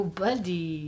buddy